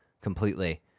completely